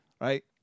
right